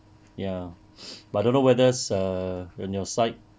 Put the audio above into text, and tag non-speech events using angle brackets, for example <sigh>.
ya <noise> but I don't know whethers err when your side